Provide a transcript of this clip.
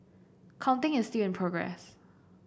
counting is still in progress